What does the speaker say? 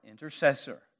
intercessor